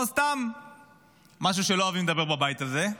או סתם משהו שלא אוהבים לדבר עליו בבית הזה,